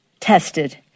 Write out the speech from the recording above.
tested